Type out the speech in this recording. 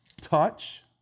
touch